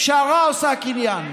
פשרה עושה קניין.